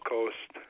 Coast